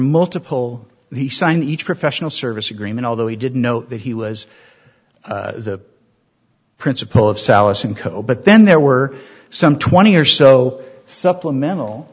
multiple he signed each professional service agreement although he did know that he was the principal of sallust and co but then there were some twenty or so supplemental